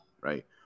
right